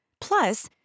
Plus